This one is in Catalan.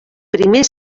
primer